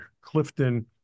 Clifton